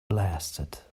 blasted